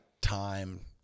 time